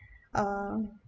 uh